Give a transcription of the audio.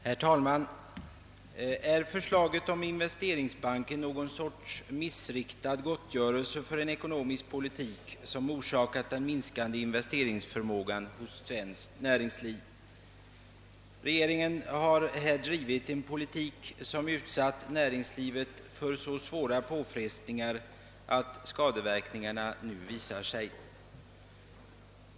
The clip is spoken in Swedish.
Herr talman! Är förslaget om investeringsbank någon sorts missriktad gottgörelse för en ekonomisk politik som orsakat den minskade investeringsförmågan hos: svenskt näringsliv? Regeringen har här drivit en politik som utsatt näringslivet för så svåra påfrestningar, att skadeverkningarna nu visar sig.